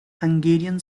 hungarian